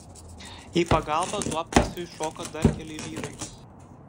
į pagalbą duobkasiui šoko dar keli vyrai